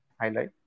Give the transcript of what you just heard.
highlight